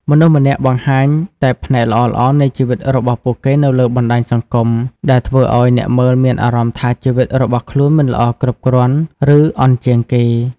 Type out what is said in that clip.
មនុស្សម្នាបង្ហាញតែផ្នែកល្អៗនៃជីវិតរបស់ពួកគេនៅលើបណ្តាញសង្គម ដែលធ្វើឲ្យអ្នកមើលមានអារម្មណ៍ថាជីវិតរបស់ខ្លួនមិនល្អគ្រប់គ្រាន់ ឬអន់ជាងគេ។